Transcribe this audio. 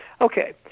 Okay